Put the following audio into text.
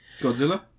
Godzilla